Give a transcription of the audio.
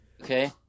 Okay